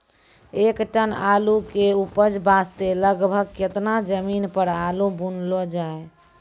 एक टन आलू के उपज वास्ते लगभग केतना जमीन पर आलू बुनलो जाय?